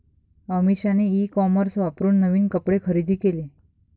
अमिषाने e commerce वापरून नवीन कपडे खरेदी केले